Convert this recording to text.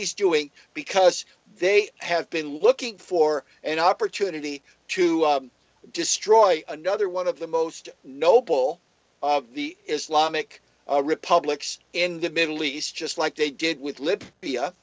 he's doing because they have been looking for an opportunity to destroy another one of the most noble of the islamic republics in the middle east just like they did with libya